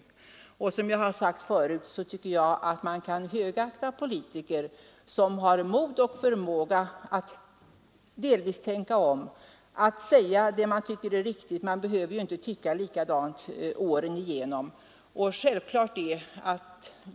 Jag tycker, som jag sagt förut, att man kan högakta politiker som har mod och förmåga att delvis tänka om och att även redovisa de nya uppfattningar man kommer fram till. Det är ju inte säkert att man åren igenom behåller exakt samma uppfattningar.